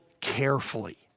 carefully